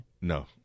No